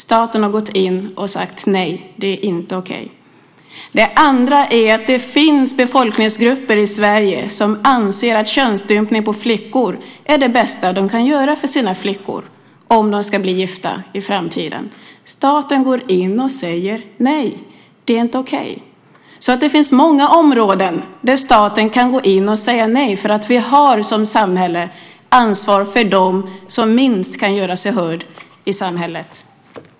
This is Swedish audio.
Staten har gått in och sagt: Nej, det är inte okej. Det andra är att det finns befolkningsgrupper i Sverige som anser att könsstympning av flickor är det bästa de kan göra för sina flickor om de ska bli gifta i framtiden. Staten går in och säger: Nej, det är inte okej. Det finns många områden där staten kan gå in och säga nej. Vi har som samhälle ansvar för dem som minst kan göra sig hörda i samhället.